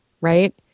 right